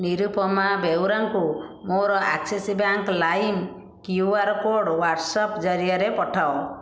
ନିରୁପମା ବେଉରାଙ୍କୁ ମୋର Axis bank Lime QR code WhatsApp ଜରିଆରେ ପଠାଅ